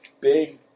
big